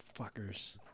Fuckers